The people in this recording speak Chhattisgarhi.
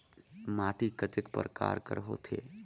माटी कतेक परकार कर होथे?